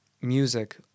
Music